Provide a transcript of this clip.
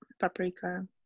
paprika